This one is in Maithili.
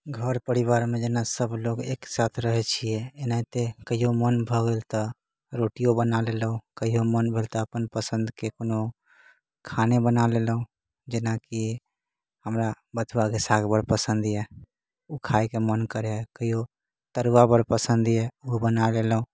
घर परिवारमे जेना सब लोग एक साथ रहै छियै एनाहिते कहियो मोन भऽ गेल तऽ रोटीयो बना लेलहुॅं कहियो मोन भेल तऽ अपन पसन्दके कोनो खाने बनाय लेलहुॅं जेना कि हमरा बथुआके साग बड्ड पसन्द यऽ ओ खायके मोन करैए कहियो तरुआ बड़ पसन्द यऽ ओ बना लेलहुॅं